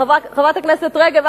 חברת הכנסת רגב,